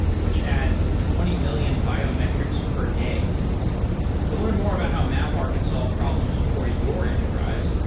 which adds twenty million biometrics per day to learn more about how mapr can solve problems for your enterprise,